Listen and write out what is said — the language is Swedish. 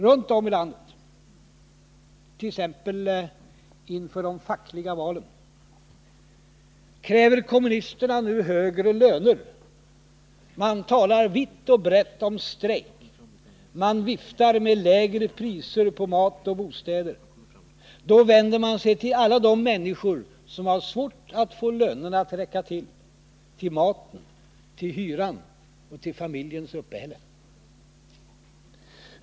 Runt om i landet kräver nu kommunisterna t.ex. inför de fackliga valen högre löner. Man talar vitt och brett om strejk. Man viftar med krav på lägre priser på mat och bostäder och då vänder man sig till alla de människor som har svårt att få lönerna att räcka till mat, hyra och familjens uppehälle.